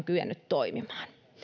kyennyt toimimaan